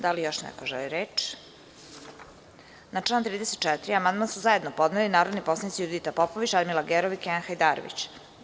Da li još neko želi reč? (Ne.) Na član 34. amandman su zajedno podneli narodni poslanici Judita Popović, Radmila Gerov i Kenan Hajdarević.